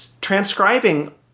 transcribing